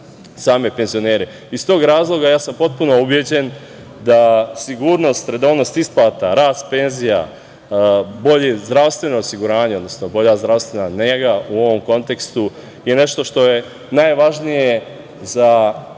tog razloga, ja sam potpuno ubeđen da sigurnost, redovnost isplata, rast penzija, bolje zdravstveno osiguranje, odnosno bolja zdravstvena nega u ovom kontekstu je nešto što je najvažnije za njihovu